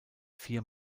vier